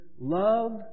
Love